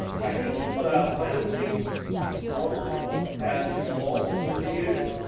i think the financing model has evolved over the years.